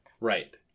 Right